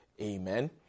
Amen